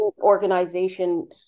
organization